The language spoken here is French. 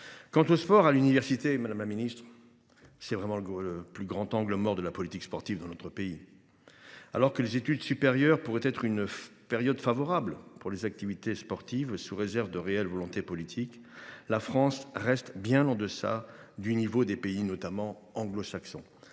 Quant au sport à l’université, madame la ministre, c’est le plus grand angle mort de la politique sportive dans notre pays. Alors que les études supérieures pourraient être une période favorable pour les activités sportives, sous réserve d’une réelle volonté politique, la France reste bien en deçà du niveau des pays anglo saxons,